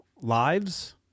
lives